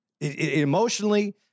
Emotionally